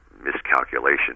miscalculation